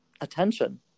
attention